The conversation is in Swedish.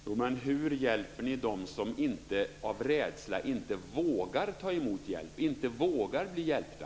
Fru talman! Ja, men hur hjälper ni dem som av rädsla inte vågar ta emot hjälp, inte vågar bli hjälpta?